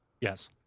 yes